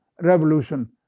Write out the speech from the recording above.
Revolution